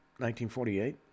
1948